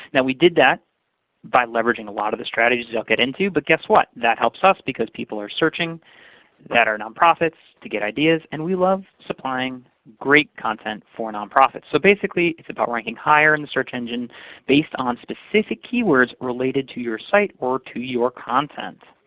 we did that by leveraging a lot of the strategies that i'll get into. but guess what? that helps us because people are searching that are nonprofits to get ideas. and we love supplying great content for nonprofits. so basically, it's about ranking higher in the search engine based on specific keywords related to your site or to your content.